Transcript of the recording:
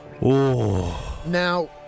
Now